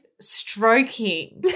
stroking